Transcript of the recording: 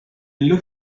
look